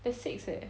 there's six eh